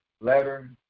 letter